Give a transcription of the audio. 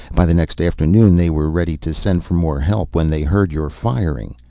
by the next afternoon they were ready to send for more help when they heard your firing.